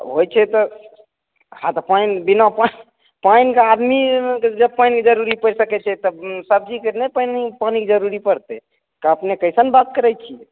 होइ छै तऽ हॅं तऽ पानि बिना पानि पानि के आदमी जब जरूरी पड़ि जाइ छै तब सब्जीके नहि पानिके जरूरी पड़तै तऽ अपने कइसन बात करै छियै